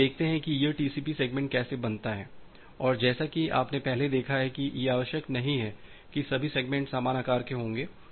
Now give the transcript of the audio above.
अब हम देखते हैं कि यह टीसीपी सेगमेंट कैसे बनता है और जैसा कि आपने पहले देखा है कि यह आवश्यक नहीं है कि सभी सेगमेंट समान आकार के होंगे